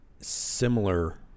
similar